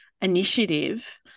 initiative